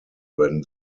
when